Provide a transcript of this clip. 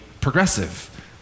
progressive